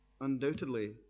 Undoubtedly